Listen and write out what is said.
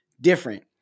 different